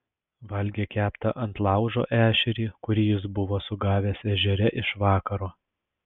valgė keptą ant laužo ešerį kurį jis buvo sugavęs ežere iš vakaro